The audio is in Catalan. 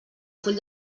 full